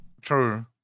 True